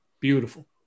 beautiful